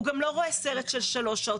הוא גם לא רואה סרט של שלוש שעות,